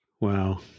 Wow